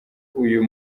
uyu